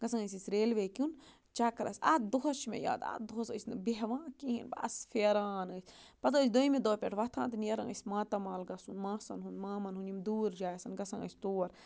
گژھان ٲسۍ أسۍ ریلوے کُن چَکرَس اَتھ دۄہَس چھُ مےٚ یاد اَتھ دۄہَس ٲسۍ نہٕ بیٚہوان کِہیٖنۍ بَس پھیران ٲسۍ پَتہٕ ٲسۍ دٔیِمہِ دۄہ پٮ۪ٹھ وۄتھان تہٕ نیران ٲسۍ ماتامال گژھُن ماسَن ہُنٛد مامَن ہُنٛد یِم دوٗر جاے آسَن گژھان ٲسۍ تور